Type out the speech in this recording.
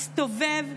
הסתובב,